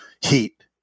heat